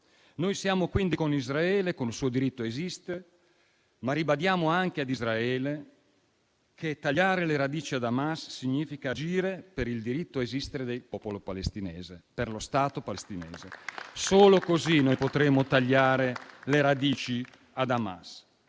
Noi siamo, quindi, con Israele, con il suo diritto ad esistere, ma ribadiamo anche ad Israele che tagliare le radici ad Hamas significa agire per il diritto a esistere del popolo palestinese e per lo Stato palestinese. Solo così noi potremo tagliare le radici ad Hamas.